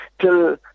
Till